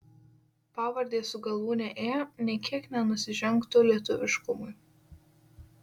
pavardės su galūne ė nė kiek nenusižengtų lietuviškumui